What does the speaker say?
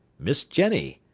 miss jenny,